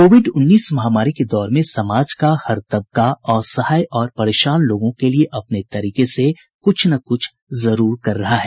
Covid उन्नीस महामारी के दौर में समाज का हर तबका असहाय और परेशान लोगों के लिए अपने तरीके से कुछ न कुछ जरुर कर रहा है